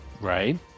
Right